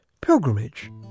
pilgrimage